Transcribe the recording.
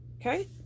okay